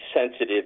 sensitive